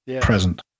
present